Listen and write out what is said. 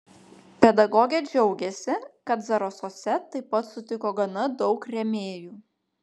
pedagogė džiaugėsi kad zarasuose taip pat sutiko gana daug rėmėjų